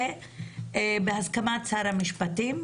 בהסכמת שר המשפטים,